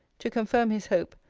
to confirm his hope,